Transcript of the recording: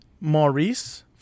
Maurice